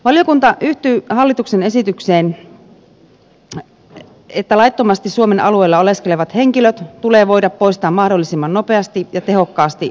valiokunta yhtyy hallituksen esitykseen että laittomasti suomen alueella oleskelevat henkilöt tulee voida poistaa mahdollisimman nopeasti ja tehokkaasti maasta